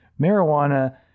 marijuana